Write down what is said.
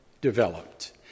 developed